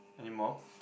anymore